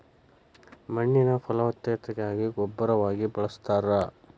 ಮಣ್ಣಿನ ಫಲವತ್ತತೆಗಾಗಿ ಗೊಬ್ಬರವಾಗಿ ಬಳಸ್ತಾರ